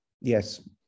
Yes